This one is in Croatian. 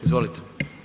Izvolite.